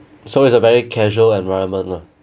so it's a very casual environment lah